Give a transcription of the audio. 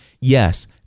Yes